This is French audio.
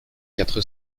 quatre